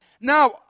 Now